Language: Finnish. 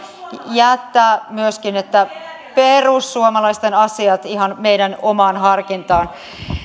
jättää myöskin perussuomalaisten asiat ihan meidän omaan harkintaamme